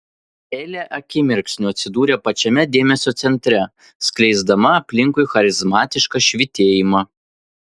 elė akimirksniu atsidūrė pačiame dėmesio centre skleisdama aplinkui charizmatišką švytėjimą